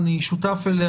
שאני שותף לה,